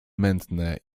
mętne